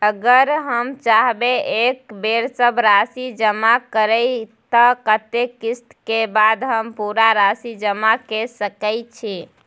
अगर हम चाहबे एक बेर सब राशि जमा करे त कत्ते किस्त के बाद हम पूरा राशि जमा के सके छि?